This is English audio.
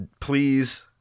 please